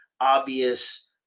obvious